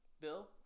Bill